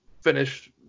finished